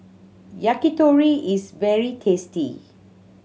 yakitori is very tasty